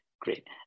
Great